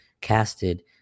casted